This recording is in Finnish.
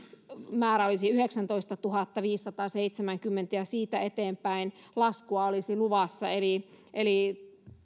määrä olisi yhdeksäntoistatuhattaviisisataaseitsemänkymmentä ja siitä eteenpäin laskua olisi luvassa eli eli